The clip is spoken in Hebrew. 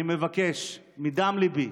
אני מבקש מדם ליבי: